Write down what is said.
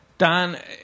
Dan